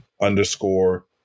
underscore